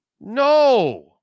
No